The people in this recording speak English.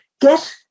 get